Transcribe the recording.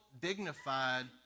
dignified